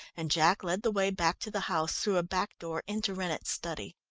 and jack led the way back to the house through a back door into rennett's study.